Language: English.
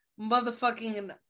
motherfucking